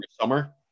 summer